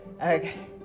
Okay